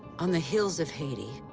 on the hills of haiti,